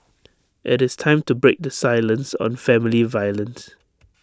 IT is time to break the silence on family violence